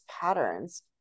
patterns